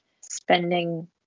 spending